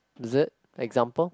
is it example